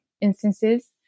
instances